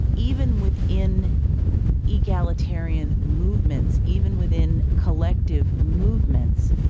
even within egalitarian movements, even within collective movements,